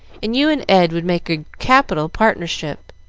and you and ed would make a capital partnership.